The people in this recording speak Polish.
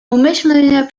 umyślnie